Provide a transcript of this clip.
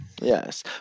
Yes